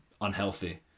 unhealthy